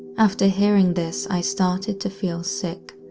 after hearing this i started to feel sick,